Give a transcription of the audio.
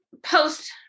post